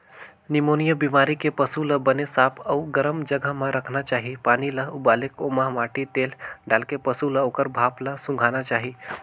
pneumonia बेमारी के पसू ल बने साफ अउ गरम जघा म राखना चाही, पानी ल उबालके ओमा माटी तेल डालके पसू ल ओखर भाप ल सूंधाना चाही